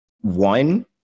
one